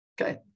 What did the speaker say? okay